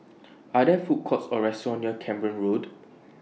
Are There Food Courts Or restaurants near Camborne Road